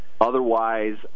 Otherwise